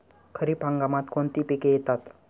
खरीप हंगामात कोणती पिके येतात?